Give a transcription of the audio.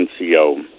NCO